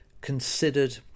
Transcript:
considered